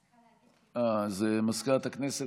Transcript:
בבקשה.